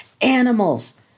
animals